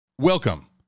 Welcome